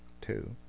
Two